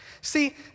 See